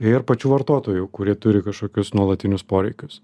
ir pačių vartotojų kurie turi kažkokius nuolatinius poreikius